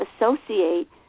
associate